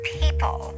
people